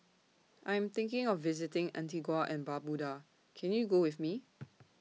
I'm thinking of visiting Antigua and Barbuda Can YOU Go with Me